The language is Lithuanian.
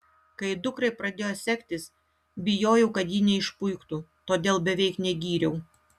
kai dukrai pradėjo sektis bijojau kad ji neišpuiktų todėl beveik negyriau